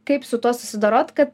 kaip su tuo susidorot kad